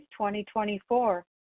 2024